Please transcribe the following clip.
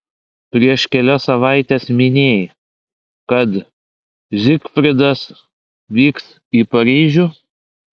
prieš kelias savaites minėjai kad zigfridas vyks į paryžių